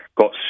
got